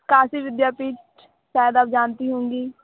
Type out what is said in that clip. काशी विद्यापीठ शायद आप जानती होंगी